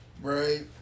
right